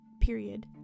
period